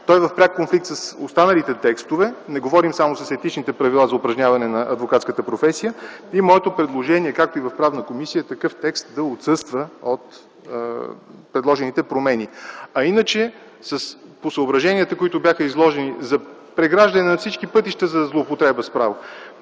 Той е в пряк конфликт с останалите текстове. Не говорим само за етичните правила за упражняване на адвокатската професия. Моето предложение, както и в Правната комисия, е такъв текст да отсъства от предложените промени. Иначе, по изложените съображения за преграждане на всички пътища за злоупотреба с право,